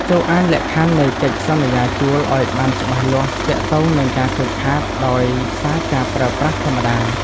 ចូរអានលក្ខខណ្ឌនៃកិច្ចសន្យាជួលឱ្យបានច្បាស់លាស់ទាក់ទងនឹងការខូចខាតដោយសារការប្រើប្រាស់ធម្មតា។